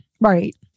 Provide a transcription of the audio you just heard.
Right